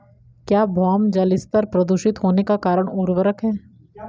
क्या भौम जल स्तर प्रदूषित होने का कारण उर्वरक है?